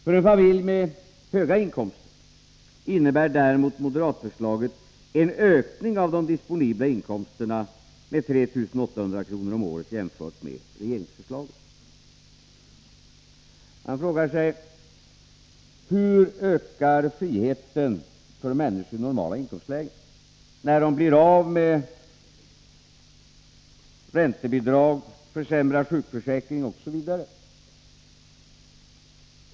För en familj med höga inkomster innebär däremot moderatförslaget en ökning av de disponibla inkomsterna med 3 800 kr. om året jämfört med regeringsförslaget. Man frågar sig: Hur ökar friheten för människor i normala inkomstlägen, när de blir av med räntebidrag, får försämrad sjukförsäkring osv?